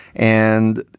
and,